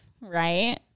right